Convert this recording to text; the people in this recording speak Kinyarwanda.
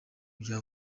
bya